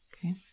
Okay